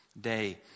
Day